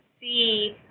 see